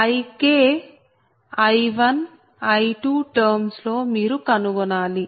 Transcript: Ik I1I2 terms లో మీరు కనుగొనాలి